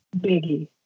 Biggie